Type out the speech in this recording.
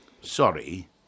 Sorry